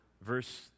verse